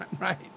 Right